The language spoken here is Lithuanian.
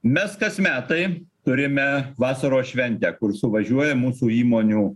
mes kas metai turime vasaros šventę kur suvažiuoja mūsų įmonių